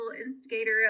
instigator